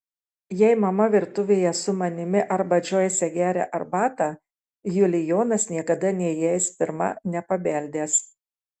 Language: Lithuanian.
jei mama virtuvėje su manimi arba džoise geria arbatą julijonas niekada neįeis pirma nepabeldęs